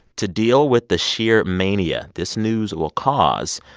to deal with the sheer mania this news will cause,